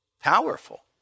Powerful